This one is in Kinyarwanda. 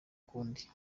ukundi